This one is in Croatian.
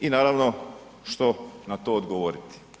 I naravno što na to odgovoriti?